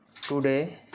Today